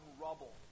rubble